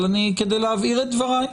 אבל כדי להבהיר את דבריי: